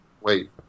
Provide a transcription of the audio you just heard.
Wait